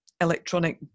electronic